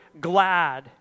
glad